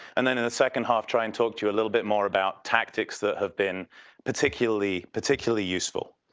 and then in the second half, try and talk to you a little bit more about tactics that have been particularly particularly useful.